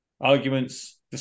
arguments